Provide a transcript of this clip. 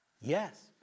Yes